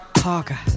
Parker